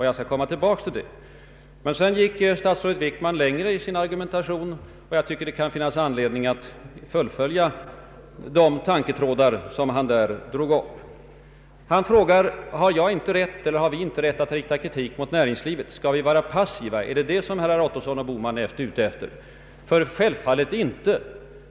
Jag skall återkomma till det. Men sedan gick statsrådet Wickman längre i sin argumentation, och jag tycker att det finns anledning att fullfölja de tankegångar han drog upp. Han frågade om vi inte har rätt att rikta kritik mot näringslivet. Skall vi vara passiva? Är det vad herrar Ottosson och Bohman är ute efter? Självfallet inte!